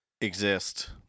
exist